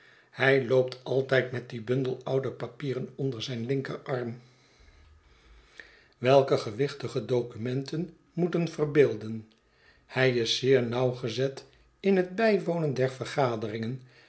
hij loopt altijd met dien bundel oude papieren onder zijn linkerarm welke gewichtige documentcn moetenverbeelden hij iszeernauwgezet in het bijwonen der vergaderingen